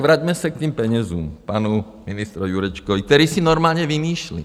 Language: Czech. Vraťme se k těm penězům, panu ministru Jurečkovi, který si normálně vymýšlí.